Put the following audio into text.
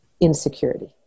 insecurity